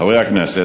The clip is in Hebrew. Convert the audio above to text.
חברי הכנסת,